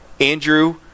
Andrew